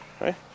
right